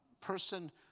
person